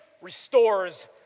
restores